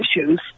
issues